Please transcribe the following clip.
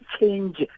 change